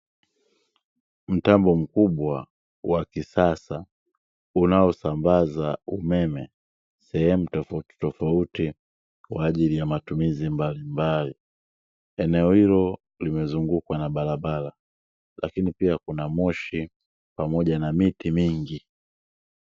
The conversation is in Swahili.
Mtambo mkubwa wa kisasa unaosambaza umeme sehemu tofautitofauti kwa ajili ya matumizi mbalimbali. Eneo hilo limezungukwa na barabara lakini pia kuna moshi pamoja na miti mingi.